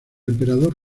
emperador